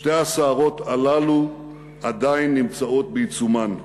שתי הסערות הללו עדיין בעיצומן.